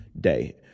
day